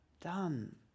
done